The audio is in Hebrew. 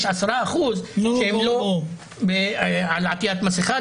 יש 10% שהם לא על עטיית מסכה,